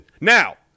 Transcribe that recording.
Now